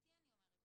אמיתי אני אומרת,